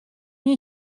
you